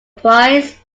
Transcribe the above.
price